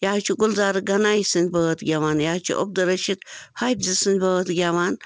یہِ حظ چھُ گُلزار غنایی سٕنٛدۍ بٲتھ گٮ۪وان یہِ حظ چھِ عبدُل رشیٖد حافظہِ سٕنٛدۍ بٲتھ گٮ۪وان